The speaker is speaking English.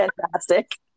fantastic